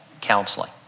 counseling